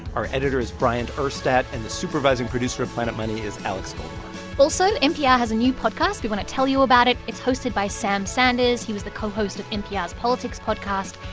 our editor is bryant urstadt. and the supervising producer of planet money is alex goldmark also, npr has a new podcast. we want to tell you about it. it's hosted by sam sanders. he was the co-host of npr's politics podcast.